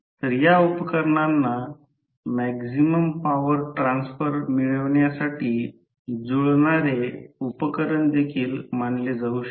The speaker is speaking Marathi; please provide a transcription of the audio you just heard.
तर या उपकरणांना मॅक्सिमम पॉवर ट्रान्सफर मिळवण्यासाठी जुळणारे उपकरण देखील मानले जाऊ शकते